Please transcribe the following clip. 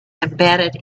embedded